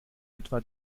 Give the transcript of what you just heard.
etwa